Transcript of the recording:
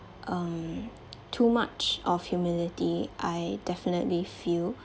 um too much of humility I definitely feel